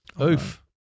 Oof